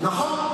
נכון.